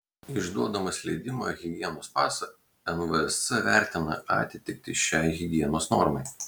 išduodamas leidimą higienos pasą nvsc vertina atitiktį šiai higienos normai